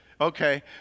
Okay